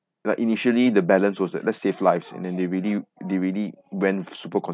like initially the balance was that let's save lives and they really they really went super